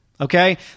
Okay